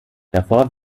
davor